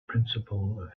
principle